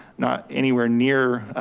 not anywhere near